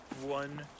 one